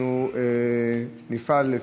אנחנו נפעל.